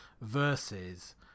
versus